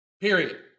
Period